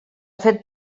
fet